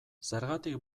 zergatik